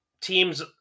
teams